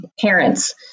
parents